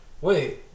wait